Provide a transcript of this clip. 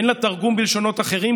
אין לה תרגום בלשונות אחרים,